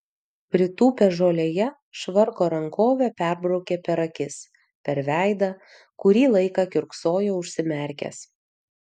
pritūpęs žolėje švarko rankove perbraukė per akis per veidą kurį laiką kiurksojo užsimerkęs